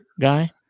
guy